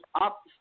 up